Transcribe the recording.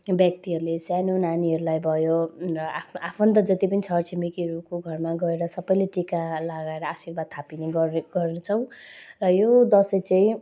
व्यक्तिहरूले सानो नानीहरूलाई भयो र आफनो आफन्त जति पनि छर छिमेकीहरूको घरमा गएर सबले टिका लगाएर आशीर्वाद थापिने गऱ्यो गर्छौँ र यो दसैँ चाहिँ